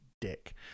dick